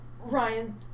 Ryan